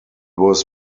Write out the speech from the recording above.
was